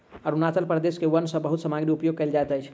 अरुणाचल प्रदेश के वन सॅ बहुत सामग्री उपयोग कयल जाइत अछि